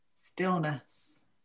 stillness